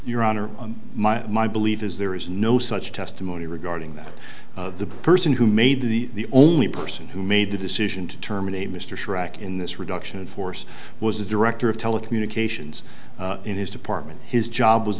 your honor and my my belief is there is no such testimony regarding that the person who made the only person who made the decision to terminate mr chirac in this reduction in force was the director of telecommunications in his department his job was